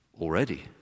already